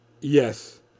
Yes